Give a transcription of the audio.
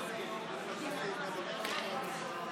יואב,